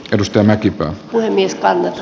edustaja näki puhemiestä